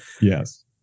Yes